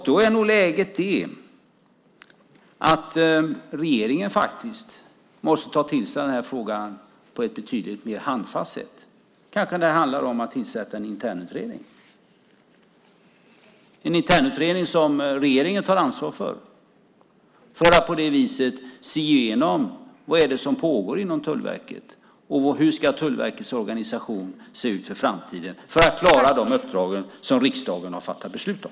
Då är nog läget det att regeringen måste ta till sig frågan på ett betydligt mer handfast sätt. Det kanske handlar om att tillsätta en internutredning, som regeringen tar ansvar för, för att på det viset se vad det är som pågår inom Tullverket och hur Tullverkets organisation ska se ut i framtiden för att klara det uppdrag som riksdagen har fattat beslut om.